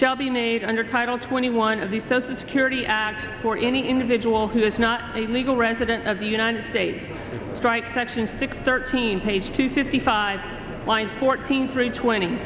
shall be made under title twenty one of the social security act for any individual who is not a legal resident of the united states strike section six thirteen page two fifty five lines fourteen three twenty